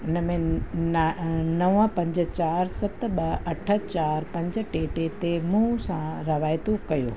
इन में न नव पंज चारि सत ॿ अठ चारि पंज टे टे ते मूं सां रवायतूं कयो